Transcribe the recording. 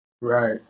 Right